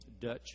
Dutch